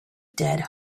dead